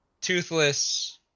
Toothless